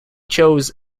chose